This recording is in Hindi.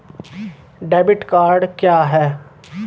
डेबिट कार्ड क्या है?